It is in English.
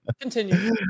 Continue